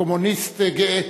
כקומוניסט גאה.